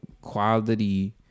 quality